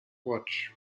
watch